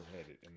headed